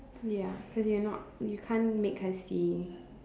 ya cause you're not you can't make her see